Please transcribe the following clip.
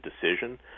decision